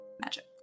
magic